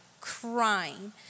crying